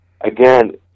again